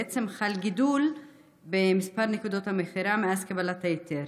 בעצם חל גידול במספר נקודות המכירה מאז קבלת ההיתר.